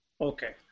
Okay